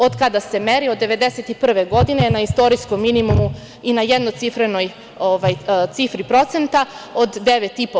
Od kada se meri, od 1991. godine, na istorijskom je minimumu i na jednocifrenoj cifri procenta, od 9,5%